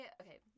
okay